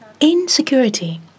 Insecurity